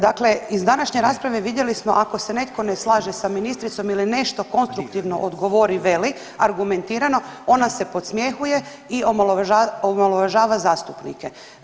Dakle iz današnje rasprave vidjeli smo ako se netko ne slaže sa ministricom ili nešto konstruktivno odgovori, veli, argumentirano ona se podsmjehuje i omalovažava zastupnike.